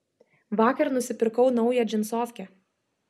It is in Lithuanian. vakar nusipirkau naują džinsofkę